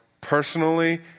personally